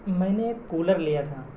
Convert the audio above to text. میں نے ایک کولر لیا تھا